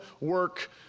work